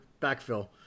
backfill